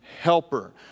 helper